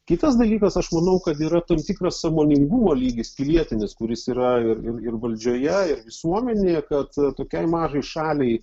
kitas dalykas aš manau kad yra tam tikras sąmoningumo lygis pilietinis kuris yra ir ir valdžioje ir visuomenėje kad tokiai mažai šaliai